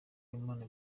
imana